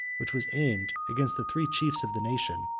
which was aimed against the three chiefs of the nation,